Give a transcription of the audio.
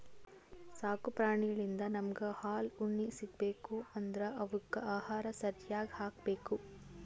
ಸಾಕು ಪ್ರಾಣಿಳಿಂದ್ ನಮ್ಗ್ ಹಾಲ್ ಉಣ್ಣಿ ಸಿಗ್ಬೇಕ್ ಅಂದ್ರ ಅವಕ್ಕ್ ಆಹಾರ ಸರ್ಯಾಗ್ ಹಾಕ್ಬೇಕ್